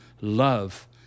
love